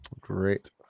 Great